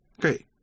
Great